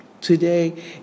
today